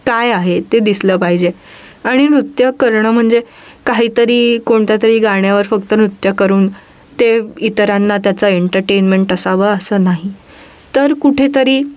काय आहे ते दिसलं पाहिजे आणि नृत्य करणं म्हणजे काहीतरी कोणत्यातरी गाण्यावर फक्त नृत्य करून ते इतरांना त्याचा एंटरटेन्मेंट असावं असं नाही तर कुठेतरी